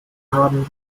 haben